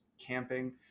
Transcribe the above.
camping